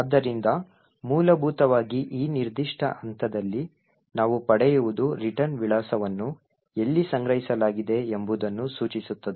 ಆದ್ದರಿಂದ ಮೂಲಭೂತವಾಗಿ ಈ ನಿರ್ದಿಷ್ಟ ಹಂತದಲ್ಲಿ ನಾವು ಪಡೆಯುವುದು ರಿಟರ್ನ್ ವಿಳಾಸವನ್ನು ಎಲ್ಲಿ ಸಂಗ್ರಹಿಸಲಾಗಿದೆ ಎಂಬುದನ್ನು ಸೂಚಿಸುತ್ತದೆ